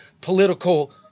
political